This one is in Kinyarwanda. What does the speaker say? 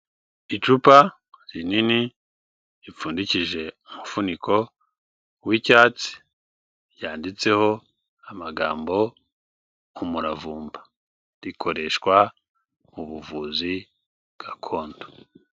Icupa rinini ripfundikije umufuniko w'icyatsi ryanditseho amagambo umuravumba rikoreshwa mu buvuzi gakondo.